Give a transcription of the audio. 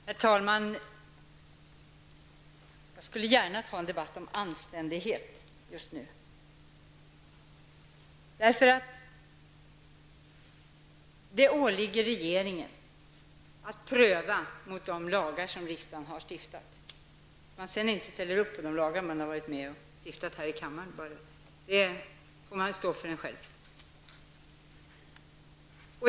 Herr talman! Jag skulle gärna ta en debatt om anständighet just nu. Det åligger regeringen att pröva mot de lagar som riksdagen har stiftat. Om man sedan inte ställer upp på de lagar som man har varit med om att stifta här i riksdagen får står för en själv.